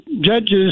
judges